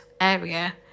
area